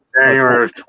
January